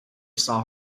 saw